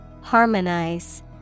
Harmonize